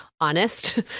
honest